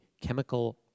chemical